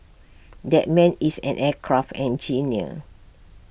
that man is an aircraft engineer